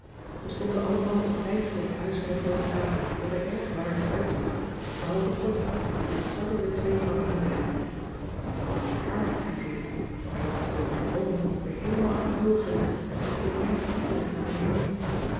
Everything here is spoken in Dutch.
we stonden allemaal op tijd voor het huis van den photograaf dat er erg waardig uitzag behalve connie die om kwart over twee kwam aanrennen want ze had haar haar gefriseerd maar dat was door haar hollen weer heelemaal uit de krul geraakt en het hing erg piekerig naar beneden